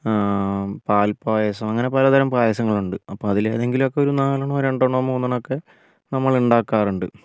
പാൽപ്പായസം അങ്ങനെ പല തരം പായസങ്ങളുണ്ട് അപ്പോൾ അതിലേതെങ്കിലുമൊക്കെ ഒരു നാലെണ്ണമോ രണ്ടെണ്ണമോ മൂന്നേണ്ണോക്കെ നമ്മൾ ഉണ്ടാക്കാറുണ്ട്